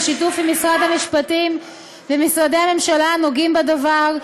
בשיתוף עם משרד המשפטים ומשרדי הממשלה הנוגעים בדבר,